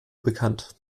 bekannt